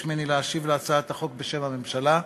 ממני להשיב על הצעת החוק בשם הממשלה.